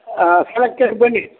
ಹಾಂ ಸೆಲೆಕ್ಟೆಡ್ ಬನ್ನಿ